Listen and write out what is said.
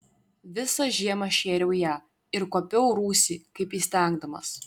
visą žiemą šėriau ją ir kuopiau rūsį kaip įstengdamas